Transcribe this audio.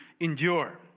endure